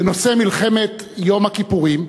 בנושא מלחמת יום הכיפורים,